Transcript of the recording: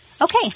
Okay